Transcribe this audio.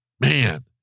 man